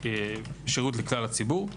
שירות לכלל הציבור.